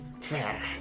Fair